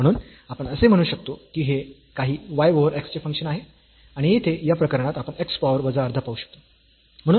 म्हणून आपण असे म्हणू शकतो की हे काही y ओव्हर x चे फंक्शन आहे आणि येथे या प्रकरणात आपण x पॉवर वजा अर्धा पाहू शकतो